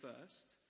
first